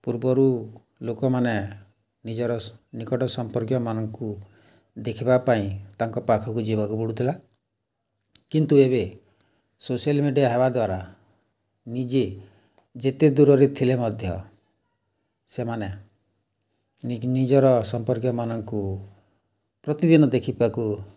ପୂର୍ବରୁ ଲୋକମାନେ ନିଜର ନିକଟ ସମ୍ପର୍କୀୟମାନଙ୍କୁ ଦେଖିବା ପାଇଁ ତାଙ୍କ ପାଖକୁ ଯିବାକୁ ପଡ଼ୁଥିଲା କିନ୍ତୁ ଏବେ ସୋସିଆଲ୍ ମିଡ଼ିଆ ହେବା ଦ୍ୱାରା ନିଜେ ଯେତେ ଦୂରରେ ଥିଲେ ମଧ୍ୟ ସେମାନେ ନିଜର ସମ୍ପର୍କୀୟମାନଙ୍କୁ ପ୍ରତିଦିନ ଦେଖିବାକୁ